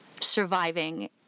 surviving